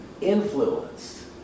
influenced